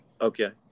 Okay